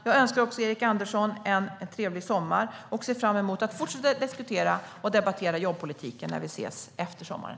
Jag önskar också Erik Andersson en trevlig sommar och ser fram emot att fortsätta diskutera och debattera jobbpolitiken när vi ses efter sommaren.